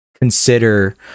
consider